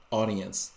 audience